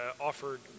offered